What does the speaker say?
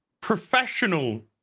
professional